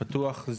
פתוח,